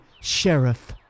Sheriff